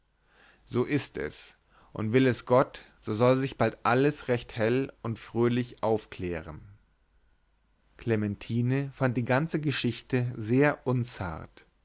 so ist es und will es gott so soll sich bald alles recht hell und fröhlich aufklären clementine fand die ganze geschichte sehr unzart